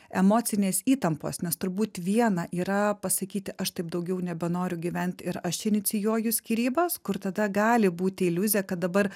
emocinės įtampos nes turbūt viena yra pasakyti aš taip daugiau nebenoriu gyvent ir aš inicijuoju skyrybas kur tada gali būti iliuzija kad dabar